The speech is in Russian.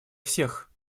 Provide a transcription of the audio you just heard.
всех